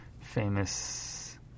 famous